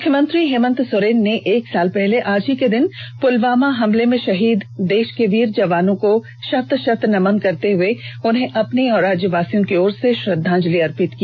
मुख्यमंत्री हेमंत सोरेन ने एक साल पहले आज ही के दिन पुलवामा हमले में शहीद हुए देष के वीर जवानों को शत शत नमन करते हुए उन्हें अपनी और राज्यवासियों की ओर से श्रद्धांजलि अर्पित की